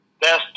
best